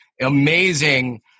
amazing